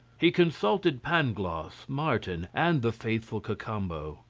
he consulted pangloss, martin, and the faithful cacambo.